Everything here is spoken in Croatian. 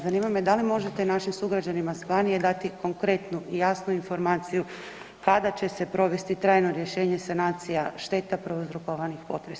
Zanima me da li možete našim sugrađanima s Banije dati konkretnu i jasnu informaciju kada će se provesti trajno rješenje sanacija šteta prouzrokovanim potresom?